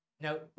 No